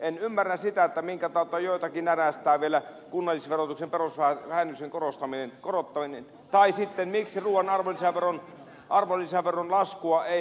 en ymmärrä sitä minkä takia joitakin närästää vielä kunnallisverotuksen perusvähennyksen korottaminen tai miksi ruuan arvonlisäveron laskua eivät meinaa jotkut ymmärtää ei sitten millään